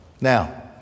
Now